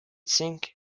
sink